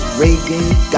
reggae